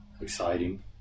exciting